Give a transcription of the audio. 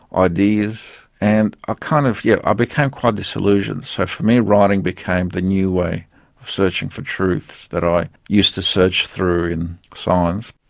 ideas and ah kind of yeah i became quite disillusioned so for me writing became the new way of searching for truth that i used to search through in science.